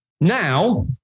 Now